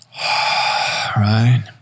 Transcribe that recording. Right